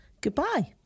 Goodbye